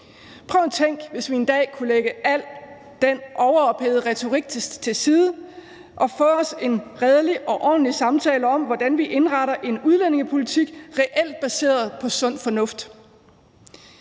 Prøv at tænke på, hvis vi en dag kunne lægge al den overophedede retorik til side og få os en redelig og ordentlig samtale om, hvordan vi indretter en udlændingepolitik reelt baseret på sund fornuft.